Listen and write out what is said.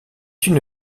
une